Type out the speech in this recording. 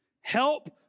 help